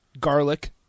garlic